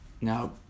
Now